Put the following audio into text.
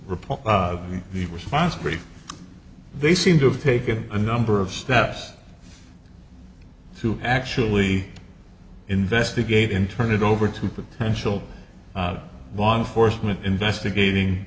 report of the response brief they seem to have taken a number of steps to actually investigate in turn it over to potential law enforcement investigating